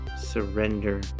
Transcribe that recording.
surrender